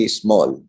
small